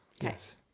Yes